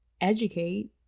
educate